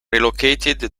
relocated